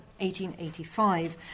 1885